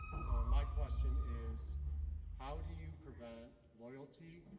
so my question is how do you prevent loyalty